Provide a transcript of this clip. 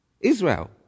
Israel